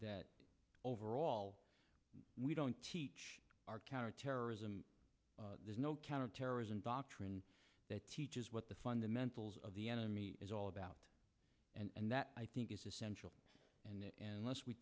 that overall we don't teach our counterterrorism there's no counterterrorism doctrine that teaches what the fundamentals of the enemy is all about and that i think is essential and lest we